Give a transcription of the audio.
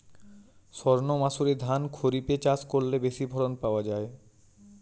সর্ণমাসুরি ধান খরিপে চাষ করলে বেশি ফলন পাওয়া যায়?